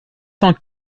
cent